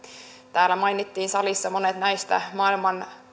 täällä mainittiin salissa monet näistä maailman